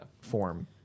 form